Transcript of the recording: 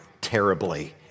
terribly